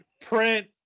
print